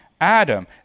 Adam